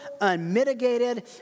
unmitigated